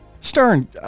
Stern